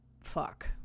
fuck